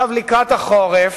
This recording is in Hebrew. לקראת החורף